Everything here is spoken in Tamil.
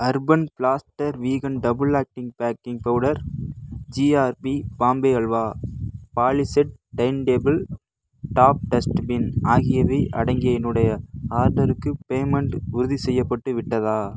urban Platter vegan double acting baking powder GRB Bombay halwa Polyset tiny table top dustbin ஆகியவை அடங்கிய என்னுடைய ஆர்டர்க்கு பேமெண்ட் உறுதிசெய்யப்பட்டு விட்டதா